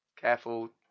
Careful